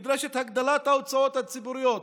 נדרשת הגדלת ההוצאות הציבוריות,